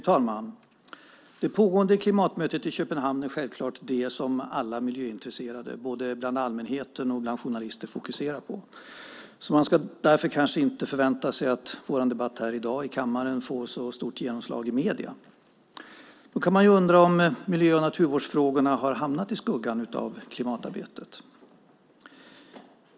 Fru ålderspresident! Det pågående klimatmötet i Köpenhamn är självfallet det som alla miljöintresserade, både bland allmänheten och bland journalister, fokuserar på. Därför ska man kanske inte förvänta sig att vår debatt här i dag i kammaren får så stort genomslag i medierna. Man kan undra om miljö och naturvårdsfrågorna har hamnat i skuggan av klimatarbetet.